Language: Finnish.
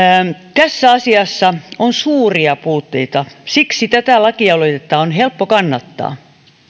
tässä asiassa on suuria puutteita siksi tätä lakialoitetta on helppo kannattaa